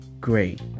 great